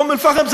ואום-אלפחם?